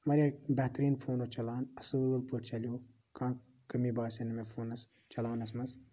واریاہ بہترین فونز چَلان اَصٕل پٲٹھۍ چَلیٚو کانٛہہ کمی باسے نہِٕ مےٚ فونس چلاونس منٛز